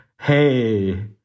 hey